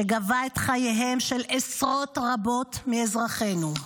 שגבה את חייהם של עשרות רבות מאזרחינו.